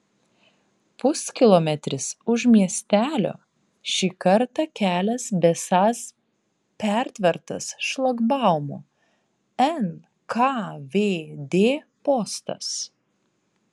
puskilometris už miestelio šį kartą kelias besąs pertvertas šlagbaumu nkvd postas